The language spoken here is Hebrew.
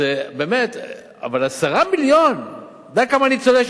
10 מיליון תקורה.